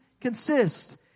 consist